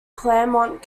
claremont